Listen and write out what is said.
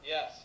Yes